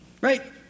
Right